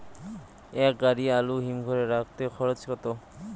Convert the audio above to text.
এক গাড়ি আলু হিমঘরে রাখতে খরচ কত?